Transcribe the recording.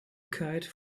kite